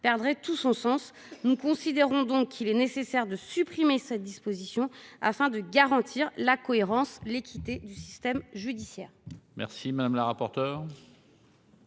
perdrait tout son sens. Nous considérons qu'il est nécessaire de supprimer cette disposition, afin de garantir la cohérence et l'équité du système judiciaire.